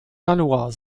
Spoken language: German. januar